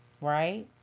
Right